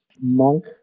Monk